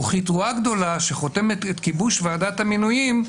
וכתרועה גדולה שחותמת את כיבוש ועדת המינויים,